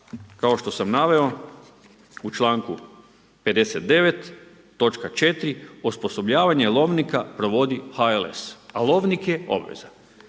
kao što sam naveo u čl. 59. točka 4. osposobljavanje lovnika provodi HLS a lovnik je obvezan.